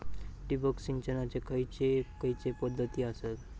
ठिबक सिंचनाचे खैयचे खैयचे पध्दती आसत?